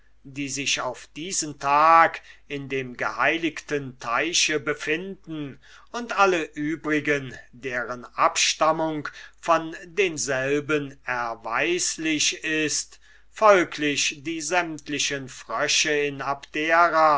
die sich auf diesen tag in dem geheiligten teiche befinden und alle übrigen deren abstammung von denselben erweislich ist folglich die sämtlichen frösche in abdera